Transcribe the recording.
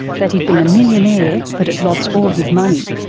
that he'd been a millionaire but had lost all his money,